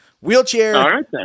Wheelchair